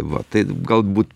va tai galbūt